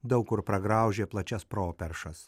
daug kur pragraužė plačias properšas